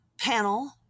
panel